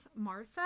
Martha